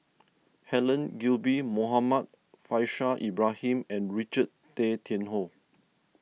Helen Gilbey Muhammad Faishal Ibrahim and Richard Tay Tian Hoe